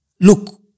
Look